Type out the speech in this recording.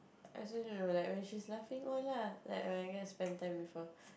I also don't know like when she's laughing all lah like when I get to spend time with her